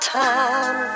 time